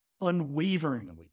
unwaveringly